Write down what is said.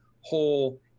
whole